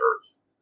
earth